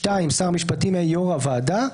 (2)שר המשפטים יהיה יושב ראש הוועדה.